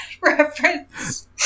reference